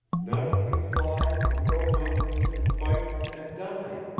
not if we fly, and go hungry, and fight and die.